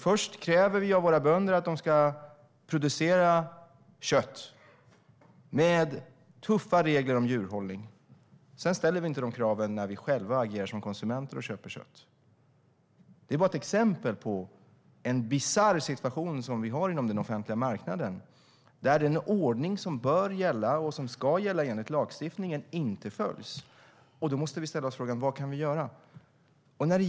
Först kräver vi av bönderna att de ska producera kött med tuffa regler om djurhållning. Men när vi själva agerar som konsumenter och köper kött ställer vi inte de kraven. Det är ett exempel på en bisarr situation som finns inom den offentliga marknaden. Den ordning som bör gälla och som ska gälla enligt lagstiftningen följs inte. Då måste vi ställa oss frågan: Vad kan vi göra?